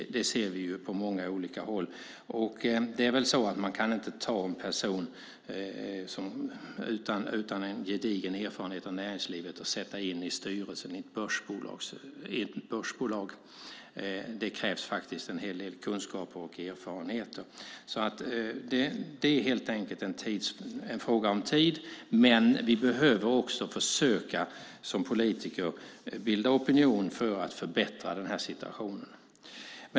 Det ser vi på många olika håll. Man kan inte ta en person utan en gedigen erfarenhet och sätta in i styrelsen i ett börsbolag. Det krävs en hel del kunskaper och erfarenheter. Det är helt enkelt en fråga om tid. Men vi behöver också försöka som politiker bilda opinion för att försöka förbättra situationen.